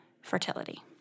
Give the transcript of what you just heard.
fertility